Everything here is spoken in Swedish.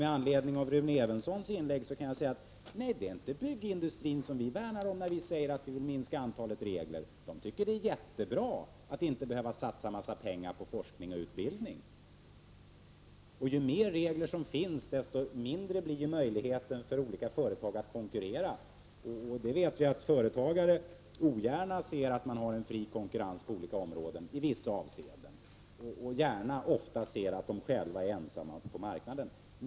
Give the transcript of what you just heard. Med anledning av Rune Evenssons inlägg vill jag säga: Nej, det är inte byggindustrin som vi värnar om när vi säger att vi vill minska antalet regler. Byggindustrin tycker att det är jättebra att inte behöva satsa en massa pengar på forskning och utbildning. Och ju mer regler som finns, desto mindre blir möjligheten för olika företag att konkurrera. Vi vet ju att företagare ogärna ser att man har fri konkurrens på olika områden — i vissa avseenden — och ofta gärna ser att de själva är ensamma på marknaden.